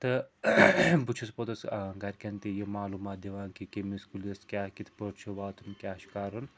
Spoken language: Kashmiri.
تہٕ بہٕ چھُس پوٚتُس آ گَرِکٮ۪ن تہِ یہِ معلوٗمات دِوان کہِ کٔمِس کُلِس کیٛاہ کِتھٕ پٲٹھۍ چھُ واتُن کیٛاہ چھُ کَرُن